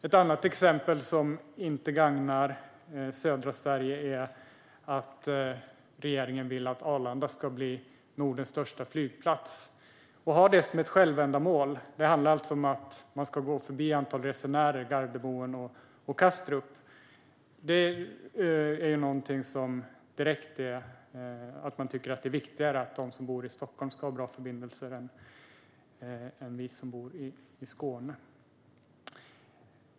Ett annat exempel som inte gagnar södra Sverige är att regeringen vill att Arlanda ska bli Nordens största flygplats och har det som ett självändamål. Det handlar alltså om att man ska gå förbi Gardemoen och Kastrup i fråga om antalet resenärer. Då tycker man att det är viktigare att de som bor i Stockholm ska ha bra förbindelser än att vi som bor i Skåne ska ha det.